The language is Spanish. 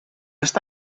está